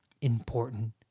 important